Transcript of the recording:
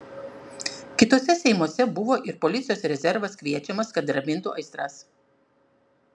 kituose seimuose buvo ir policijos rezervas kviečiamas kad ramintų aistras